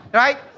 right